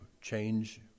change